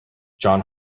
john